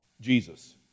Jesus